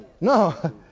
No